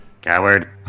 Coward